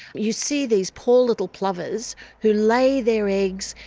you see these poor little plovers who lay their eggs,